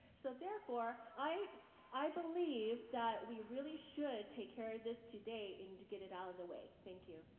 so therefore, i i believe that we really should take care of this today and get it out of the way. thank you.